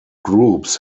groups